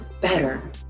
better